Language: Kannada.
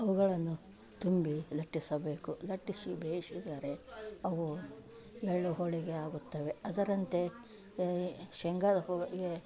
ಅವುಗಳನ್ನು ತುಂಬಿ ಲಟ್ಟಿಸಬೇಕು ಲಟ್ಟಿಸಿ ಬೇಯಿಸಿದರೆ ಅವು ಎಳ್ಳು ಹೋಳಿಗೆ ಆಗುತ್ತವೆ ಅದರಂತೆ ಶೇಂಗ ಹೋಳಿಗೆ